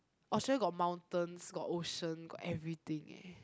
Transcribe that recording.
Australia got mountains got ocean got everything eh